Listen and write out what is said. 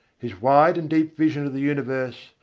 his wide and deep vision of the universe,